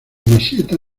masieta